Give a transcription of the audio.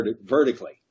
vertically